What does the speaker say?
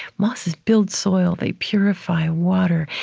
mosses build soil, they purify water,